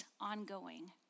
ongoing